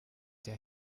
der